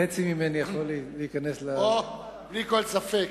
חצי ממני יכול להיכנס, או, בלי כל ספק.